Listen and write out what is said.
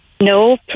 No